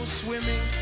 swimming